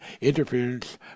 interference